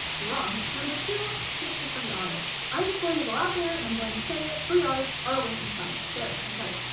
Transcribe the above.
you're wrong. number two skip the free audits. i'm just going to go out there and i'm going to say it. free audits are a waste of time. there, i said it.